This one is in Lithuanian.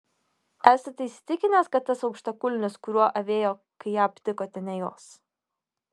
esate įsitikinęs kad tas aukštakulnis kuriuo avėjo kai ją aptikote ne jos